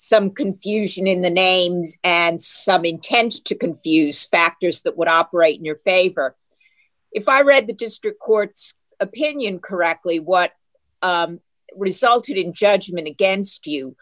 some confusion in the names and something tends to confuse factors that would operate your paper if i read the district court's opinion correctly what resulted in judgment against you